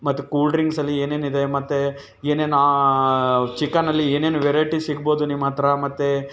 ಮತ್ತು ಕೂಲ್ ಡ್ರಿಂಕ್ಸಲ್ಲಿ ಏನೇನಿದೆ ಮತ್ತು ಏನೇನು ಚಿಕನಲ್ಲಿ ಏನೇನು ವೆರೈಟಿ ಸಿಗ್ಬೋದು ನಿಮ್ಮ ಹತ್ರ ಮತ್ತು